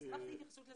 אשמח להתייחסות לזה.